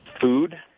food